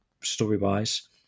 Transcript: story-wise